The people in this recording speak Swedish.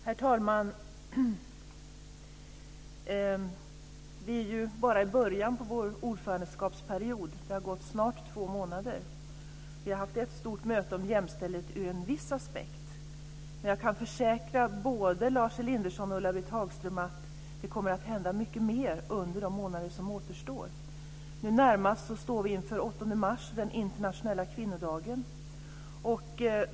Herr talman! Vi är bara i början av vår ordförandeskapsperiod. Det har gått snart två månader. Vi har haft ett stort möte om jämställdhet ur en viss aspekt, men jag kan försäkra både Lars Elinderson och Ulla Britt Hagström att det kommer att hända mycket mer under de månader som återstår. Närmast står den 8 mars, den internationella kvinnodagen.